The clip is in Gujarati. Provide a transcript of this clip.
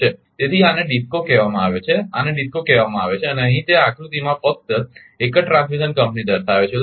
તેથી આને ડિસ્કો કહેવામાં આવે છે અને આને ડિસ્કો કહેવામાં આવે છે અને અહીં તે આ આકૃતિમાં ફક્ત એક જ ટ્રાન્સમિશન કંપની દર્શાવે છે